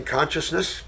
Consciousness